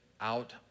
out